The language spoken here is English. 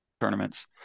tournaments